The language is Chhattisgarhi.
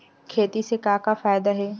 खेती से का का फ़ायदा हे?